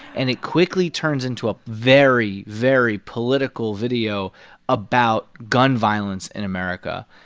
and it quickly turns into a very, very political video about gun violence in america.